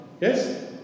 Yes